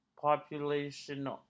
population